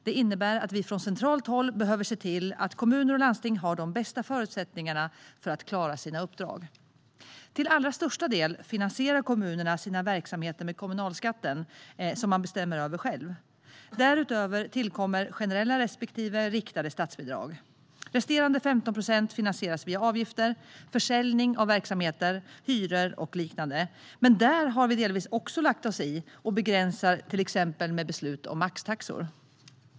Det innebär att vi från centralt håll behöver se till att kommuner och landsting har de bästa förutsättningarna för att klara sina uppdrag. Till allra största del finansierar kommunerna sina verksamheter med kommunalskatten, som de själva bestämmer över. Därutöver tillkommer generella respektive riktade statsbidrag. Resterande 15 procent finansieras via avgifter, försäljning av verksamheter, hyror och liknande. Men där har vi delvis lagt oss i och begränsar, till exempel med beslut om maxtaxor.